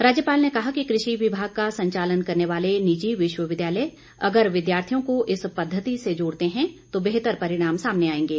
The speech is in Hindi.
राज्यपाल ने कहा कि कृषि विमाग का संचालन करने वाले निजी विश्वविद्यालय अगर विद्यार्थियों को इस पद्धति से जोड़ते हैं तो बेहतर परिणाम सामने आएंगे